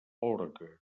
orgue